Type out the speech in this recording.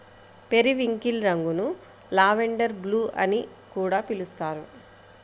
periwinkle రంగును lavender blue అని కూడా పిలుస్తారు